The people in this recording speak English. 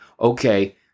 okay